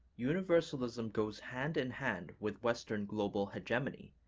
universalism goes hand-in-hand with western global hegemony,